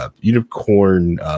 unicorn